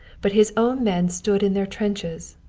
but his own men stood in their trenches,